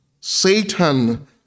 Satan